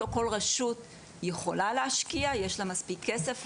לא כל רשות יכולה להשקיע, יש לה מספיק כסף.